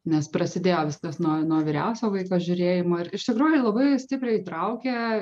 nes prasidėjo viskas nuo nuo vyriausio vaiko žiūrėjimo ir iš tikrųjų labai stipriai įtraukė